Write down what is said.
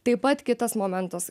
taip pat kitas momentas